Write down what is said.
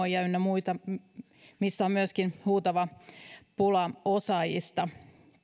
on muita innovatiivisia aloja joilla on myöskin huutava pula osaajista koodareista ohjelmoijista ynnä muista